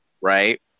right